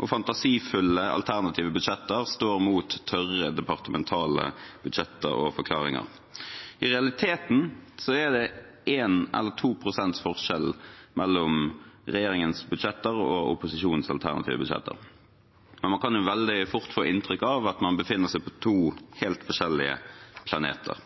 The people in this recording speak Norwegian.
og fantasifulle alternative budsjetter står mot tørre, departementale budsjetter og forklaringer. I realiteten er det én eller to prosents forskjell mellom regjeringens budsjetter og opposisjonens alternative budsjetter, men man kan jo veldig fort få inntrykk av at man befinner seg på to helt forskjellige planeter.